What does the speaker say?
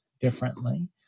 differently